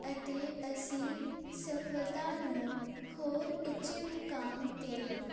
ਅਤੇ ਅਸੀਂ ਸਫਲਤਾ ਨੂੰ ਹੋਰ ਉੱਚੇ ਮੁਕਾਮ 'ਤੇ